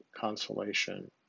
consolation